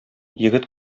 егет